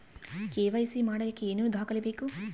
KYC ಮಾಡಲಿಕ್ಕೆ ಏನೇನು ದಾಖಲೆಬೇಕು?